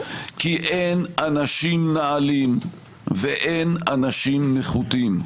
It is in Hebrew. כי אין אנשים נעלים ואין אנשים נחותים.